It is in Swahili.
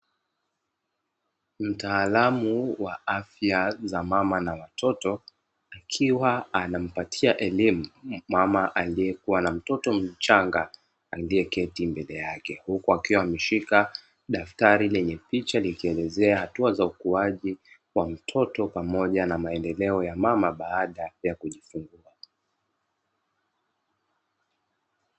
Mtaalamu wa afya za mama na mtoto akiwa anampatia elimu mama aliyekuwa na mtoto mchanga aliyeketi mbele yake, huku akiwa ameshika daftari lenye picha linaloelezea hatua za ukuaji wa mtoto pamoja na maendeleo ya mama baada ya kujifungua.